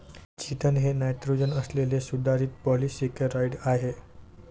chitin हे nitrogen असलेले सुधारित पॉलिसेकेराइड आहे